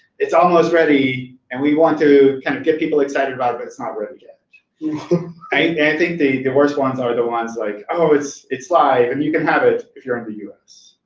it's almost ready. and we want to kind of get people excited about it, but it's not ready yet. and i think the the worst ones are the ones, like, oh, it's it's live! and you can have it if you're in the us.